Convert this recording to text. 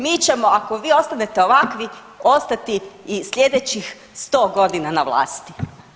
Mi ćemo ako vi ostanete ovakvi ostati i sljedećih sto godina na vlasti.